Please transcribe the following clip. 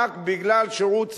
רק בגלל שירות צבאי.